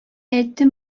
әйттем